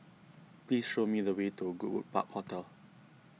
please show me the way to Goodwood Park Hotel